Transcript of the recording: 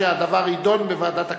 ואתה מסכים שהיא תעבור לוועדת הכנסת.